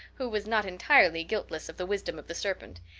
who was not entirely guiltless of the wisdom of the serpent,